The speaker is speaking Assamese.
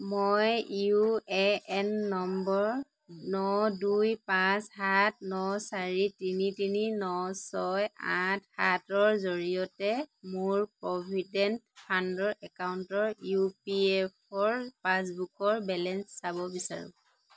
মই ইউ এ এন নম্বৰ ন' দুই পাঁচ সাত ন' চাৰি তিনি তিনি ন' ছয় আঠ সাতৰ জৰিয়তে মোৰ প্ৰভিডেণ্ট ফাণ্ডৰ একাউণ্টৰ ইউ পি এফ অ'ৰ পাছবুকৰ বেলেঞ্চ চাব বিচাৰোঁ